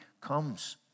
comes